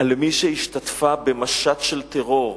על מי שהשתתפה במשט של טרור,